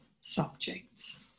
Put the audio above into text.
subjects